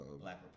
Black